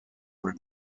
were